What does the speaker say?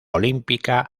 olímpica